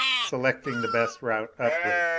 selecting the best route upward.